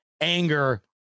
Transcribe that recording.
anger